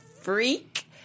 Freak